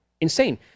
Insane